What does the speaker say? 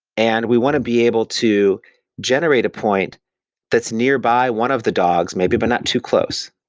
and we want to be able to generate a point that's nearby one of the dogs maybe, but not too close.